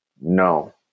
No